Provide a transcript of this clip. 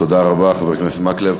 תודה רבה, חבר הכנסת מקלב.